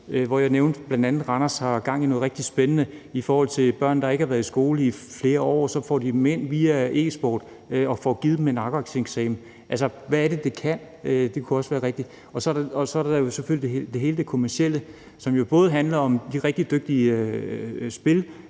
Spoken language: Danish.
at man bl.a. i Randers har gang i noget rigtig spændende i forhold til børn, der ikke har været i skole i flere år, og så får de dem ind via e-sport og får givet dem en afgangseksamen. Hvad er det, det kan? Så er der jo selvfølgelig hele det kommercielle, som jo både handler om de rigtig dygtige spillere